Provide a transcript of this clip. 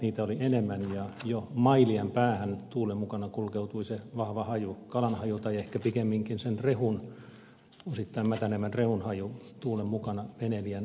niitä oli enemmän ja jo mailien päähän tuulen mukana kulkeutui veneilijän nenään tuulen mukana se vahva haju kalanhaju tai ehkä pikemminkin sen rehun osittain mätänevän rehun haju